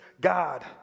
God